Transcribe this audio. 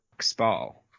Spall